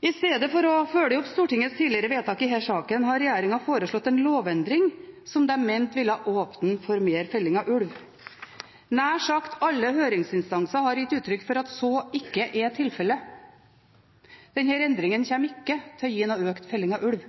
I stedet for å følge opp Stortingets tidligere vedtak i denne saken har regjeringen foreslått en lovendring som de mente ville åpne for mer felling av ulv. Nær sagt alle høringsinstanser har gitt uttrykk for at så ikke er tilfellet – denne endringen kommer ikke til å gi noen økt felling av ulv.